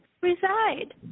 reside